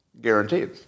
guaranteed